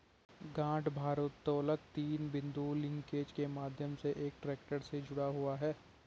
गांठ भारोत्तोलक तीन बिंदु लिंकेज के माध्यम से एक ट्रैक्टर से जुड़ा हुआ है